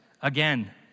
again